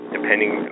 Depending